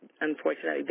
unfortunately